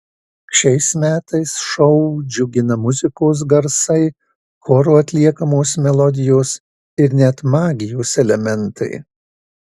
šiais metais šou džiugina muzikos garsai choro atliekamos melodijos ir net magijos elementai